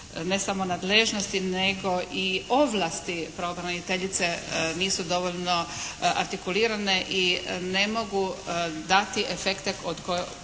ne samo nadležnosti nego i ovlasti pravobraniteljice nisu dovoljno artikulirane i ne mogu dati efekte koji